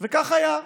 וכך היה.